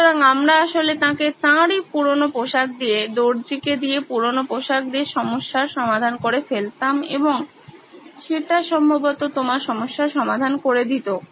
সুতরাং আমরা আসলে তাঁকে তাঁরই পুরনো পোশাক দিয়ে দর্জিকে দিয়ে পুরনো পোশাক দিয়ে সমস্যার সমাধান করে ফেলতাম এবং সেটা সম্ভবত তোমার সমস্যার সমাধান করে দিত